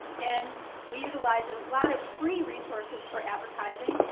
and we utilize a lot of free resources for advertising,